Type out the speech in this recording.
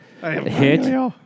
hit